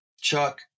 Chuck